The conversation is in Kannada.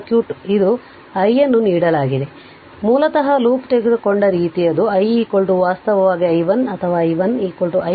ಆದ್ದರಿಂದ ಮೂಲತಃ ಲೂಪ್ ತೆಗೆದುಕೊಂಡ ರೀತಿ ಅದು i ವಾಸ್ತವವಾಗಿ i1 ಅಥವಾ i1 i